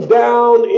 down